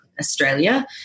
Australia